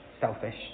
selfish